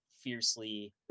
fiercely